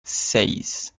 seis